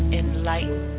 enlighten